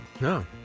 No